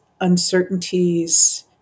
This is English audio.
uncertainties